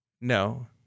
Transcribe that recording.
No